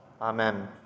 Amen